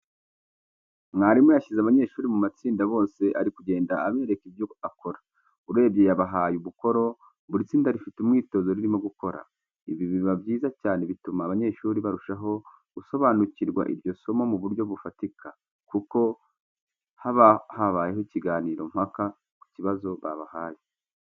Mwarimu yashyize abanyeshuri mu matsinda bose arimo kugenda abereka ibyo akora. Urebye yabahaye umukoro, buri tsinda rifite umwitozo ririmo gukora. Ibi biba byiza cyane bituma abanyeshuri barushaho gusobanukirwa iryo somo mu buryo bufatika, kuko habahabaye ikiganiro mpaka ku kibazo babahaye.